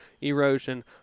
erosion